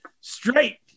straight